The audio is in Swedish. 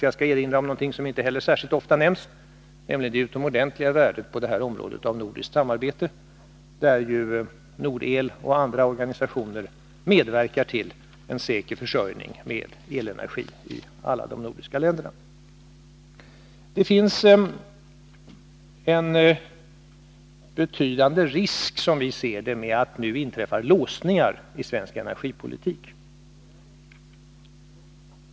Jag skall erinra om något som inte heller särskilt ofta nämns, nämligen det utomordentligt stora värdet av nordiskt samarbete på detta område. Nordel och andra organisationer har medverkat till en säker försörjning med elenergi i alla de nordiska länderna. Det finns, som vi ser det, en betydande risk för att det nu uppstår låsningar i svensk energipolitik.